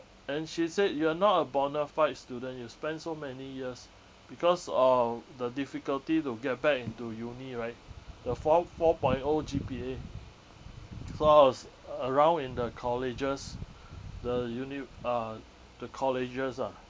and she said you are not a bona fide student you spent so many years because of the difficulty to get back into uni right the four four point O G_P_A clause around in the colleges the uni uh the colleges ah